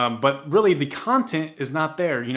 um but really the content is not there. you know